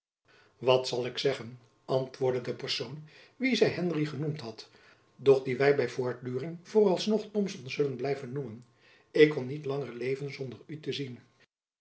wat zal ik zeggen antwoordde de persoon wien zy henry genoemd had doch die wy by voortduring voor als nog thomson zullen blijven noemen ik kon niet langer leven zonder u te zien